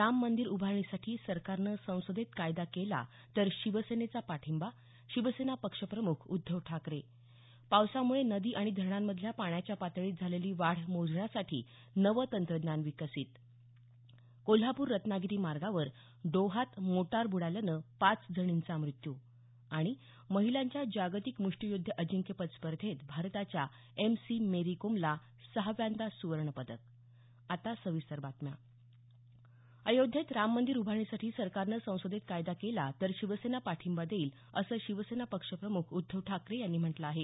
राम मंदिर उभारणीसाठी सरकारनं संसदेत कायदा केला तर शिवसेनेचा पाठिंबा शिवसेना पक्षप्रमुख उद्धव ठाकरे पावसामुळे नदी आणि धरणांमधल्या पाण्याच्या पातळीत झालेली वाढ मोजण्यासाठी नवं तंत्रज्ञान विकसीत कोल्हापूर रत्नागिरीमार्गावर डोहात मोटार बुडाल्यानं पाच जणींचा मृत्यू आणि महिलांच्या जागतिक मुष्टियुद्ध अजिंक्यपद स्पर्धेत भारताच्या एम सी मेरी कोमला सहाव्यांदा सुवर्ण पदक अयोध्येत राम मंदिर उभारणीसाठी सरकारनं संसदेत कायदा केला तर शिवसेना पाठिंबा देईल असं शिवसेना पक्षप्रमुख उद्धव ठाकरे यांनी म्हटलं आहे